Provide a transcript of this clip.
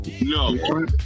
No